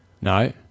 No